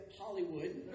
Hollywood